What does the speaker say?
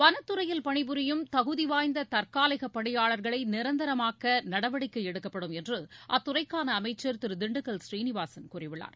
வனத்துறையில் பணிபுரியும் தகுதிவாய்ந்த தற்காலிக பணியாளர்களை நிரந்தரமாக்க நடவடிக்கை எடுக்கப்படும் என்று அத்துறைக்கான அமைச்சர் திரு திண்டுக்கல் சீனிவாசன் கூறியுள்ளார்